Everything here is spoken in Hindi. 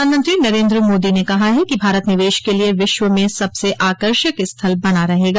प्रधानमंत्री नरेन्द्र मोदी ने कहा है कि भारत निवेश के लिए विश्व म सबसे आकर्षक स्थल बना रहेगा